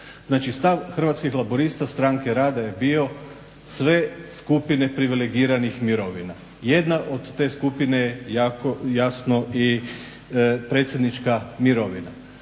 Znači stav Hrvatskih laburista Stranke rada je bio sve skupine privilegiranih mirovina. Jedna od te skupine jasno i predsjednička mirovina.